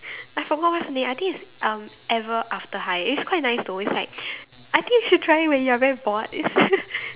I forgot what's the name I think it's uh ever after high it's quite nice though it's like I think you should try it when you are very bored